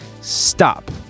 Stop